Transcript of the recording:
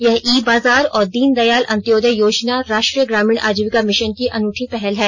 यह ई बाजार और दीन दयाल अंत्योदय योजना राष्ट्रीय ग्रामीण आजीविका मिशन की अनूठी पहल है